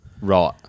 Right